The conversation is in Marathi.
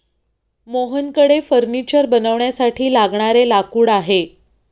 मोहनकडे फर्निचर बनवण्यासाठी लागणारे लाकूड आहे